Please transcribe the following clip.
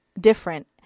different